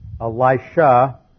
Elisha